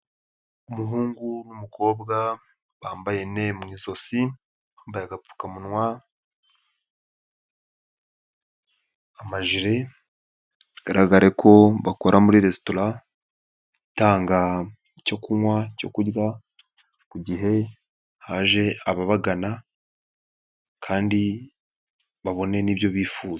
Umuhungu n'umukobwa bambaye nee mu ijosi, bambaye agapfukamunwa, amajiri, bigaraga ko bakora muri restaurant itanga icyo kunywa, icyo kurya mu gihe haje ababagana kandi babone n'ibyo bifuza.